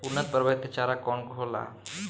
उन्नत प्रभेद के चारा कौन होला?